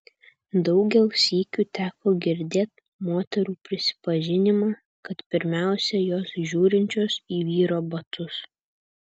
daugel sykių teko girdėt moterų prisipažinimą kad pirmiausia jos žiūrinčios į vyro batus